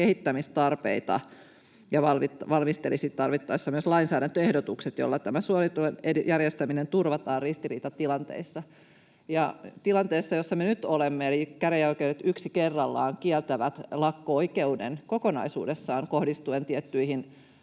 kehittämistarpeita ja valmistelisi tarvittaessa myös lainsäädäntöehdotukset, joilla suojelutyön järjestäminen turvataan ristiriitatilanteissa. Tilannehan, jossa me nyt olemme — eli käräjäoikeudet yksi kerrallaan kieltävät lakko-oikeuden kokonaisuudessaan kohdistuen tiettyihin